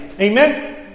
Amen